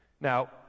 Now